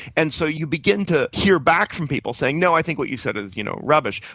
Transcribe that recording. and so you begin to hear back from people saying, no, i think what you said is you know rubbish',